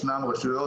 ישנן רשויות,